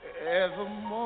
evermore